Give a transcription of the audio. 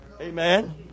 Amen